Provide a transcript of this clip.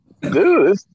Dude